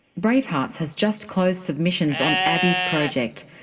bravehearts has just closed submissions on abbey's project,